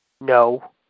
no